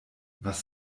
was